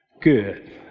Good